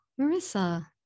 marissa